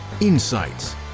insights